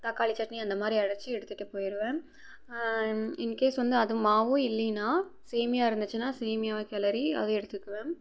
தக்காளி சட்னி அந்த மாதிரி அரைச்சி எடுத்துகிட்டு போய்ருவேன் இன்கேஸ் வந்து அது மாவும் இல்லைன்னா சேமியா இருந்துச்சுனா சேமியாவை கிளரி அதுவும் எடுத்துக்குவேன்